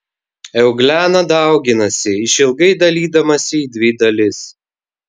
euglena dauginasi išilgai dalydamasi į dvi dalis